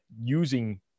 using